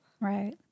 right